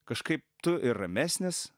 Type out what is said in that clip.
kažkaip tu ir ramesnis